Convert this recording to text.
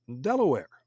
Delaware